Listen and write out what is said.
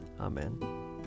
Amen